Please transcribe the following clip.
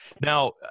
Now